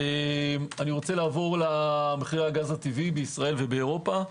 נעבור למחירי הגז הטבעי בישראל ובאירופה,